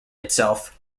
itself